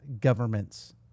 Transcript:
government's